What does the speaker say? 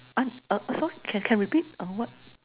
uh uh sorry can can repeat uh what